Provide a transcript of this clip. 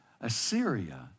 Assyria